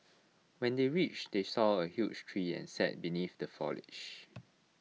when they reached they saw A huge tree and sat beneath the foliage